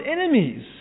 enemies